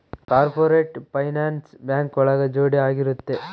corporate finance bank ಒಳಗ ಜೋಡಿ ಆಗಿರುತ್ತೆ